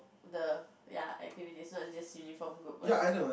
the ya activities so it's just uniform group but